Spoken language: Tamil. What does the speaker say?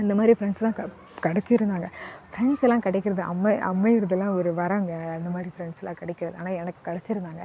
அந்த மாதிரி ஃப்ரண்ட்ஸுலாம் க கெடைச்சிருந்தாங்க ஃப்ரண்ட்ஸுலாம் கிடைக்கிறது அம அமைகிறதல்லாம் ஒரு வரம்ங்க அந்த மாதிரி ஃப்ரெண்ட்ஸுல்லாம் கிடைக்கிறது ஆனால் எனக்கு கெடைச்சிருந்தாங்க